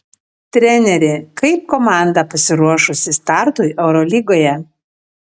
treneri kaip komanda pasiruošusi startui eurolygoje